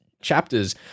chapters